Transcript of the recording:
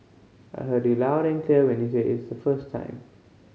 I heard you loud and clear when you said it's the first time